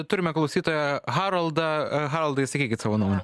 turime klausytoją haroldą haroldai sakykit savo nuomonę